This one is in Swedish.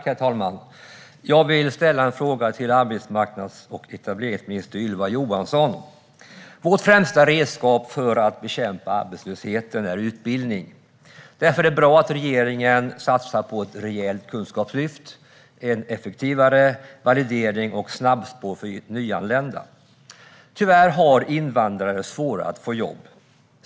Herr talman! Jag vill ställa en fråga till arbetsmarknads och etableringsminister Ylva Johansson. Vårt främsta redskap för att bekämpa arbetslösheten är utbildning. Därför är det bra att regeringen satsar på ett rejält kunskapslyft, en effektivare validering och snabbspår för nyanlända. Tyvärr har invandrare svårare att få jobb.